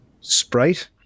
Sprite